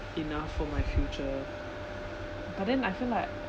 enough for my future but then I feel like